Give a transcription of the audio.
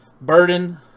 Burden